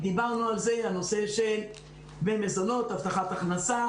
שצריך להוכיח שהוא היה במגע עם מישהו.